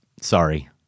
sorry